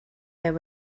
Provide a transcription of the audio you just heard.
there